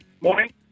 Morning